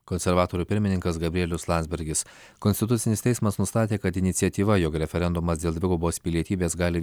konservatorių pirmininkas gabrielius landsbergis konstitucinis teismas nustatė kad iniciatyva jog referendumas dėl dvigubos pilietybės gali